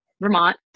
Vermont